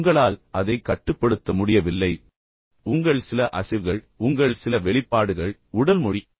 உங்களால் அதைக் கட்டுப்படுத்த முடியவில்லை உங்கள் சில அசைவுகள் உங்கள் சில வெளிப்பாடுகள் உடல் மொழி